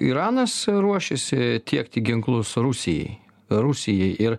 iranas ruošiasi tiekti ginklus rusijai rusijai ir